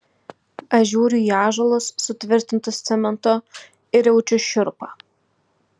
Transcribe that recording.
aš žiūriu į ąžuolus sutvirtintus cementu ir jaučiu šiurpą